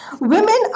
Women